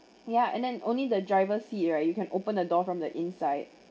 ya and then only the driver seat right you can open the door from the inside